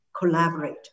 collaborate